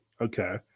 Okay